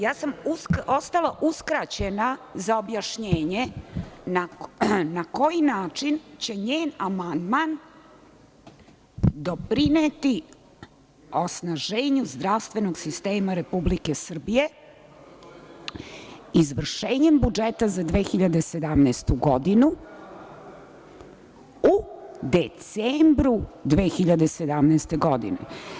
Ja sam ostala uskraćena za objašnjenje na koji način će njen amandman doprineti osnaženju zdravstvenog sistema Republike Srbije, izvršenjem budžeta za 2017. godinu u decembru 2017. godine.